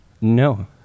No